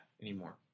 anymore